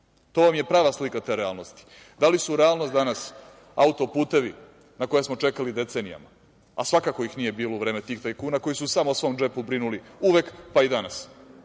To vam je prava slika te realnosti. Da li su realnost danas autoputevi na koje smo čekali decenijama, a svakako ih nije bilo u vreme tih tajkuna, koji su samo o svom džepu brinuli, uvek, pa i danas,